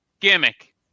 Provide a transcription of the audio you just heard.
gimmick